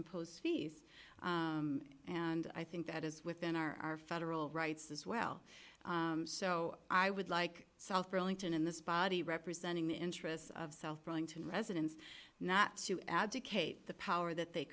impose fees and i think that is within our federal rights as well so i would like south burlington in this body representing the interests of south going to residents not to advocate the power that they